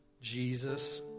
Jesus